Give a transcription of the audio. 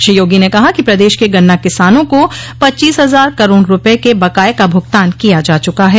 श्री योगी ने कहा कि प्रदेश के गन्ना किसानों को पच्चीस हजार करोड़ रूपये के बकाये का भूगतान किया जा चुका है